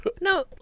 No